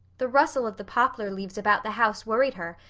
the rustle of the poplar leaves about the house worried her,